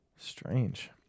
Strange